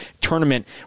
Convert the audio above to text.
tournament